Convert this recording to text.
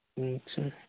ᱟᱪᱪᱷᱟ